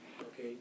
Okay